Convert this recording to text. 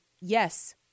yes